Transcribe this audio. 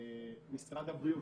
משרד הבריאות,